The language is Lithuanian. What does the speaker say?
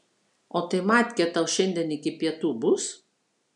o tai matkė tau šiandien iki pietų bus